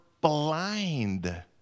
blind